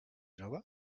jove